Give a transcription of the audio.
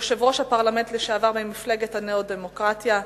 יושב-ראש הפרלמנט לשעבר מהמפלגה הניאו-דמוקרטית,